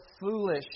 foolish